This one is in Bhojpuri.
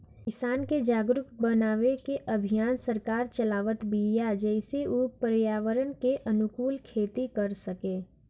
किसान के जागरुक बनावे के अभियान सरकार चलावत बिया जेसे उ पर्यावरण के अनुकूल खेती कर सकें